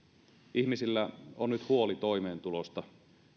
ihmisillä on nyt huoli toimeentulosta